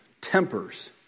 tempers